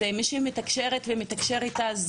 אז מי שמתקשרת ומתקשר איתה,